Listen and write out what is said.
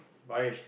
Parish